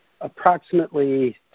Approximately